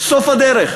סוף הדרך,